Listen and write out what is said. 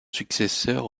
successeur